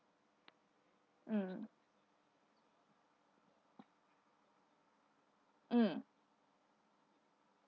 mm mm